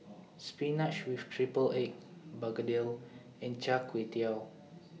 Spinach with Triple Egg Begedil and Char Kway Teow